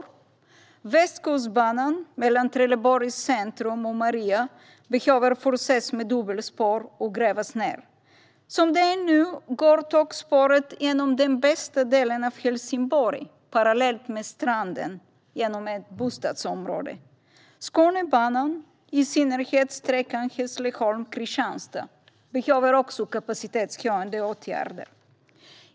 Ett annat är Västkustbanan, som mellan Helsingborgs centrum och Maria behöver förses med dubbelspår och grävas ned. Som det är nu går tågspåret genom den bästa delen av Helsingborg, parallellt med stranden, genom ett bostadsområde. Skånebanan, i synnerhet sträckan Hässleholm-Kristianstad, behöver också kapacitetshöjande åtgärder.